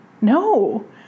No